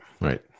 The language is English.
right